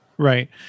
Right